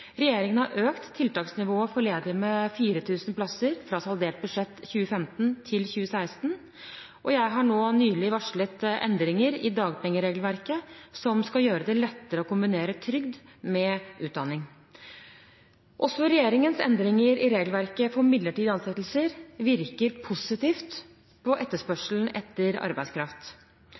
Regjeringen har økt tiltaksnivået for ledige med 4 000 plasser fra saldert budsjett 2015 til 2016. Jeg har nylig varslet noen endringer i dagpengeregelverket som skal gjøre det lettere å kombinere trygd med utdanning. Også regjeringens endringer i regelverket for midlertidige ansettelser virker positivt på etterspørselen etter arbeidskraft.